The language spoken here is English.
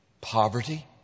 poverty